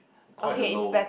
quite a low